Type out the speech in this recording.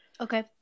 Okay